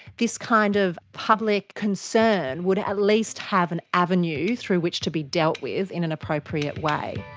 this kind of public concern would at least have an avenue through which to be dealt with in an appropriate way.